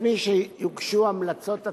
לפני שיוגשו המלצות הצוותים.